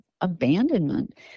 abandonment